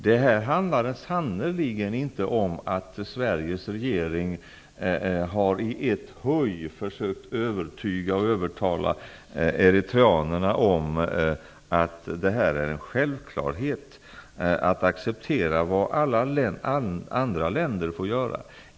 Det här handlar sannerligen inte om att Sveriges regering i ett huj har försökt övertyga eritreanerna om att det är en självklarhet att acceptera vad alla andra länder får acceptera.